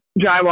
Drywall